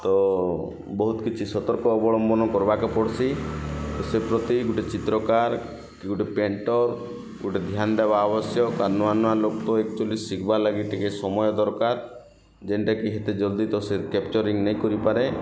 ତ ବହୁତ୍ କିଛି ସତର୍କ ଅବଳମ୍ୱନ କର୍ବା କେ ପଡ଼ୁଛି ସେ ପ୍ରତି ଗୋଟେ ଚିତ୍ରକାର୍ କି ଗୋଟେ ପେଣ୍ଟର୍ ଗୋଟେ ଧ୍ୟାନ୍ ଦେବା ଆବଶ୍ୟକ ତାର୍ ନୂଆ ନୂଆ ଲୋକ୍ ଆକ୍ଟୁଲି ଶିଖିବା ଲାଗି ଟିକେ ସମୟ ଦରକାର୍ ଯେନ୍ଟା କି ହେତେ ଜଲ୍ଦି ତ ସେ କ୍ୟାପ୍ଚରିଂ ନାଇଁ କରି ପାରେ